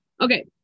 Okay